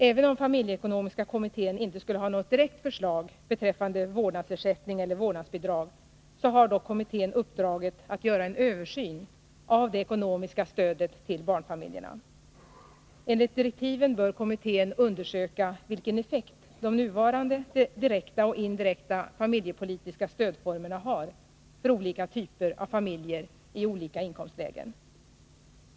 Även om familjeekonomiska kommittén inte skulle ha något direkt förslag beträffande vårdnadsersättning eller vårdnadsbidrag, har dock kommittén uppdraget att göra en översyn av det ekonomiska stödet till barnfamiljerna. Enligt direktiven bör kommittén undersöka vilken effekt de nuvarande direkta och indirekta familjepolitiska stödformerna har för olika typer av familjer i olika inkomstlägen.